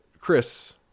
Chris